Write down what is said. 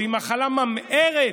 והיא מחלה ממארת,